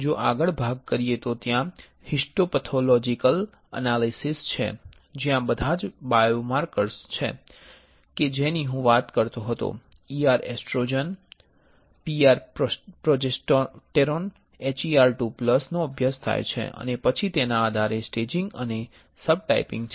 જો આગળ ભાગ કરીએ તો ત્યાં હિસ્ટોપથોલોજિકલ અનાલિસિસ છે જ્યાં બધા જ બાયોમાર્કર્સ કે જેની હું વાત કરતો હતો ER estrogen PR progesterone HER2 plus નો અભ્યાસ થાય છે અને પછી તેના આધારે સ્ટેજીંગ અને સબટાઈપિંગ છે